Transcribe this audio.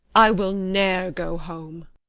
i will ne'er go home.